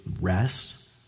rest